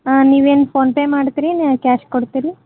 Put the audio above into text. ಹಾಂ ನೀವೇನು ಫೋನ್ಪೇ ಮಾಡ್ತೀರಿ ಏನು ಕ್ಯಾಶ್ ಕೊಡ್ತೀರಿ